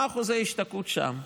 מה אחוזי ההשתקעות שם.